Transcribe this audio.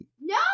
No